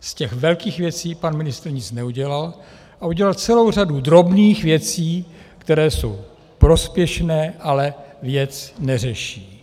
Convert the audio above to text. Z těch velkých věcí pan ministr nic neudělal a udělal celou řadu drobných věcí, které jsou prospěšné, ale věc neřeší.